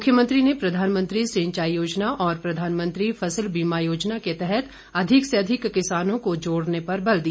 मुख्यमंत्री ने प्रधानमंत्री सिंचाई योजना और प्रधानमंत्री फसल बीमा योजना के तहत अधिक से अधिक किसानों को जोड़ने पर बल दिया